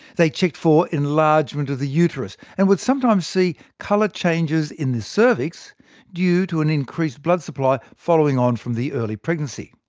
they checked for enlargement of the uterus, and would sometimes see colour changes in the cervix due to an increased blood supply, following on from the early pregnancy.